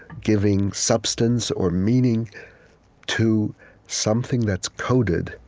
giving substance or meaning to something that's coded,